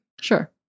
Sure